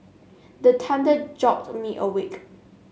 the thunder jolt me awake